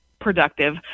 productive